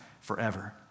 forever